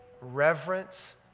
Reverence